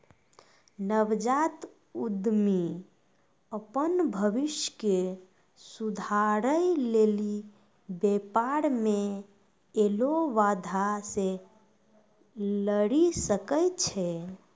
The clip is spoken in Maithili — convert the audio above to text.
नवजात उद्यमि अपन भविष्य के सुधारै लेली व्यापार मे ऐलो बाधा से लरी सकै छै